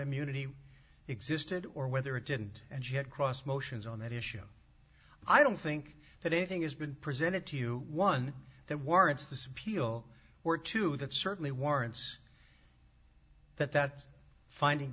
immunity existed or whether it didn't and she had crossed motions on that issue i don't think that anything has been presented to you one that warrants this appeal or two that certainly warrants that that finding